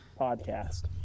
podcast